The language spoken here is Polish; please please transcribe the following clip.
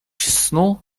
snu